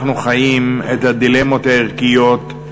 אנחנו חיים את הדילמות הערכיות,